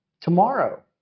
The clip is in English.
Tomorrow